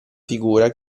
figura